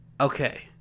okay